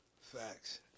Facts